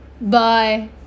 bye